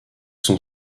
son